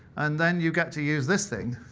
and then you get to use this thing.